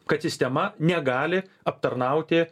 kad sistema negali aptarnauti